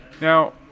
Now